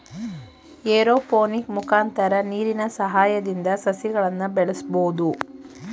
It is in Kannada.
ಏರೋಪೋನಿಕ್ ಮುಖಾಂತರ ನೀರಿನ ಸಹಾಯದಿಂದ ಸಸಿಗಳನ್ನು ಬೆಳಸ್ಬೋದು